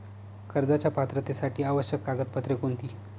कर्जाच्या पात्रतेसाठी आवश्यक कागदपत्रे कोणती?